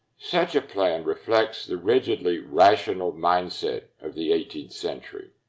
such a plan reflects the rigidly rational mindset of the eighteenth century.